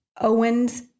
Owens